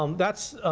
um that's